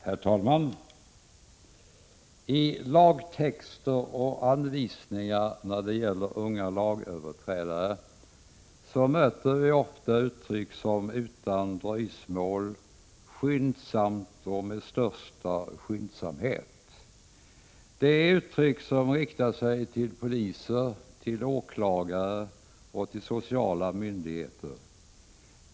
Herr talman! I lagtexter och anvisningar när det gäller unga lagöverträdare möter vi ofta uttryck som ”utan dröjsmål”, ”skyndsamt” och ”med största skyndsamhet”. Det är uttryck som riktar sig till poliser, till åklagare och till sociala myndigheter.